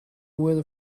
weather